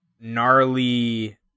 gnarly